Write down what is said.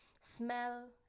smell